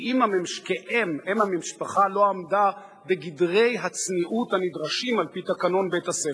כי אֵם המשפחה לא עמדה בגדרי הצניעות הנדרשים על-פי תקנון בית-הספר.